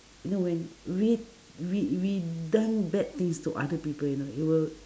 you know when we we we done bad things to other people you know it will